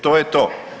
To je to.